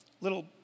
little